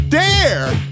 dare